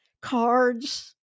cards